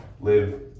live